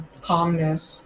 calmness